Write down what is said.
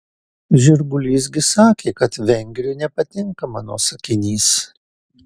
žirgulys gi sakė kad vengriui nepatinka mano sakinys